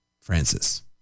Francis